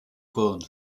born